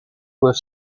with